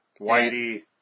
Whitey